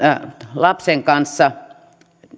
lapsen kanssa